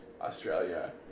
Australia